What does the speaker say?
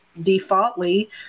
defaultly